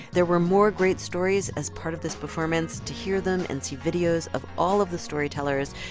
there were more great stories as part of this performance. to hear them and see videos of all of the storytellers,